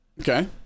Okay